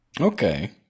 Okay